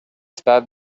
està